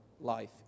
life